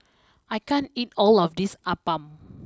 I can't eat all of this Appam